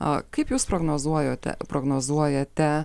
a kaip jūs prognozuojote prognozuojate